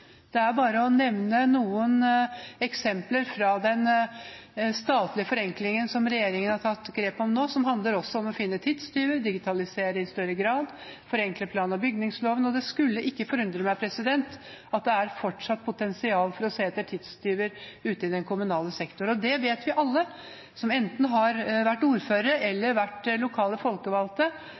Det er bare å nevne noen eksempler fra den statlige forenklingen, som regjeringen har tatt grep om nå, som handler om å finne tidstyver, digitalisere i større grad og forenkle plan- og bygningsloven, og det skulle ikke forundre meg om det fortsatt er potensial for å se etter tidstyver ute i kommunal sektor. Det vet vi alle som har vært ordførere eller